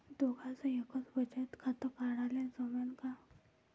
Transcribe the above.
दोघाच एकच बचत खातं काढाले जमनं का?